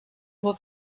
nur